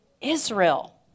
Israel